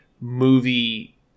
movie